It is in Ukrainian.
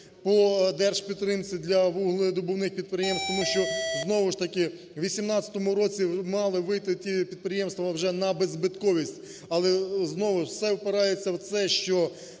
по держпідтримці для вугледобувних підприємств. Тому що знову ж таки, у 18-му році мали вийти ті підприємства вже на беззбитковість, але знову ж, все впирається в це, що